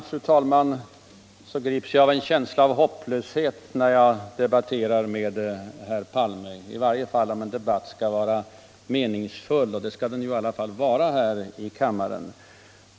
Fru talman! Ibland grips jag av en känsla av hopplöshet när jag debatterar med herr Palme — i varje fall om en debatt skall vara meningsfull, och det skall den vara här i kammaren.